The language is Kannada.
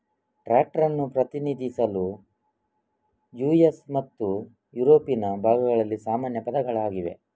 ಟ್ರಾಕ್ಟರ್ ಅನ್ನು ಪ್ರತಿನಿಧಿಸಲು ಯು.ಎಸ್ ಮತ್ತು ಯುರೋಪಿನ ಭಾಗಗಳಲ್ಲಿ ಸಾಮಾನ್ಯ ಪದಗಳಾಗಿವೆ